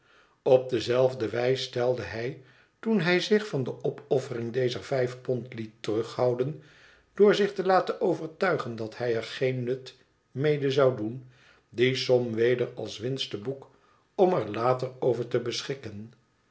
op dezelfde wijs stelde hij toen hij zich van de opoffering dezer vijf pond liet terughouden door zich te laten overtuigen dat hij er geen nut mede zou doen die som weder als winst te boek om er later over te beschikken